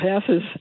passes